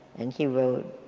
and he wrote